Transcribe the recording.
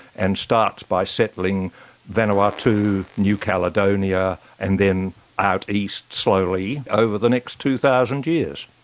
and starts by settling vanuatu, new caledonia, and then out east slowly over the next two thousand years.